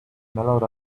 mellowed